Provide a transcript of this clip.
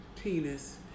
penis